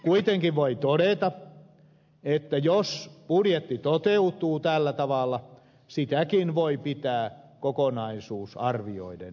kuitenkin voi todeta että jos budjetti toteutuu tällä tavalla sitäkin voi pitää kokonaisuus arvioiden hyvänä